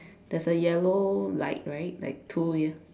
there's a yellow light right like two ya